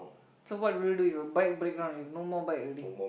so what will you do if your bike break down you no more bike already